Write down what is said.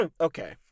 Okay